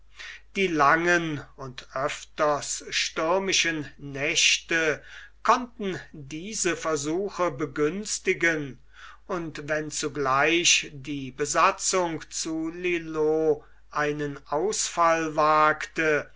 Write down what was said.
die langen und öfters stürmischen nächte konnten diese versuche begünstigen und wenn zugleich die besatzung zu lillo einen ausfall wagte